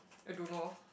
I don't know